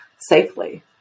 safely